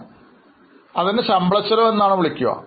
അതിനാൽ ലളിതമായി ഇതിനെ ശമ്പള ചെലവ് എന്ന് നിങ്ങൾക്ക് പറയാം